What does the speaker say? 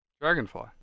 dragonfly